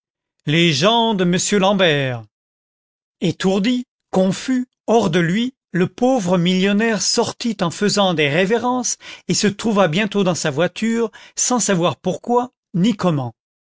les gens de m l'ambert étourdi confus hors de lui le pauvre millionnaire sortit en faisant des révérences et se trouva bientôt dans sa voiture sans savoir pourquoi ni comment